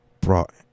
brought